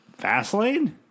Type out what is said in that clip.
Fastlane